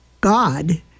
God